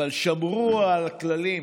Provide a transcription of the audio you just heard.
אבל שמרו על הכללים